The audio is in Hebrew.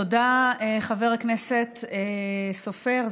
תודה, חבר הכנסת סופר.